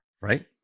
Right